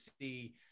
see